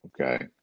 okay